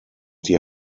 die